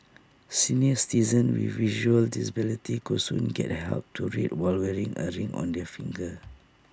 senior citizens with visual disabilities could soon get help to read while wearing A ring on their finger